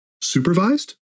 supervised